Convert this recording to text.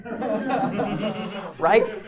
right